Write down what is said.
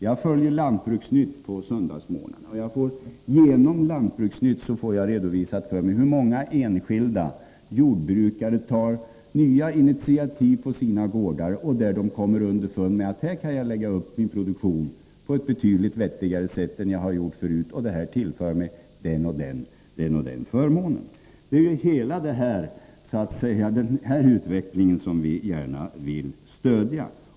Jag följer Lantbruksnytt på söndagsmornarna, och därigenom får jag redovisat på vilket sätt många enskilda jordbrukare tar nya initiativ på sina gårdar och hur de kommer underfund med att de kan lägga upp sin produktion på ett betydligt vettigare sätt än de har gjort förut och att detta tillför dem olika förmåner. Det är ju hela den utvecklingen som vi gärna vill stödja.